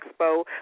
Expo